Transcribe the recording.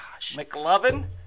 McLovin